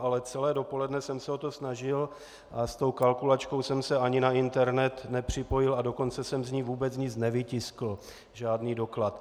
Ale celé dopoledne jsem se o to snažil a s tou kalkulačkou jsem se ani na internet nepřipojil, a dokonce jsem z ní vůbec nic nevytiskl, žádný doklad.